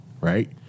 right